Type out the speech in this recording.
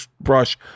brush